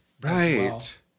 Right